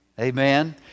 Amen